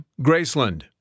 Graceland